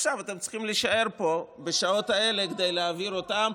ועכשיו אתם צריכים להישאר פה בשעות האלה כדי להעביר אותם.